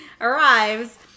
arrives